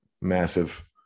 massive